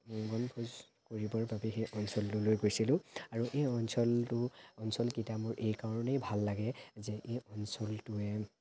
বনভোজ কৰিবৰ বাবে সেই অঞ্চলটোলৈ গৈছিলোঁ আৰু এই অঞ্চলটো অঞ্চলকেইটা মোৰ এইকাৰণেই ভাল লাগে যে এই অঞ্চলটোৱে